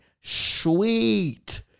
Sweet